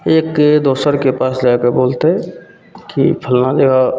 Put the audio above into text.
एक दोसरके पास जाके बोलतै कि फल्लाँ जगह